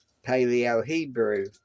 paleo-hebrew